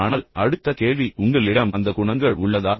ஆனால் அடுத்த கேள்வி என்னவென்றால் உங்களிடம் அந்த குணங்கள் உள்ளதா